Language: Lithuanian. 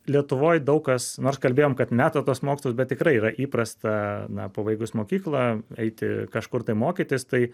lietuvoj daug kas nors kalbėjom kad meta tuos mokslus bet tikrai yra įprasta na pabaigus mokyklą eiti kažkur tai mokytis tai